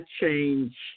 change